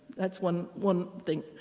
that's one one thing.